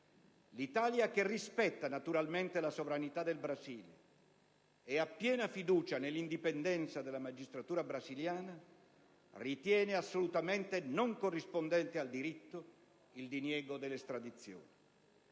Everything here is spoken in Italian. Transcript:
L'Italia, che rispetta naturalmente la sovranità del Brasile e ha piena fiducia nell'indipendenza della magistratura brasiliana, ritiene assolutamente non corrispondente al diritto il diniego dell'estradizione.